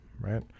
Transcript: right